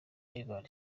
ivan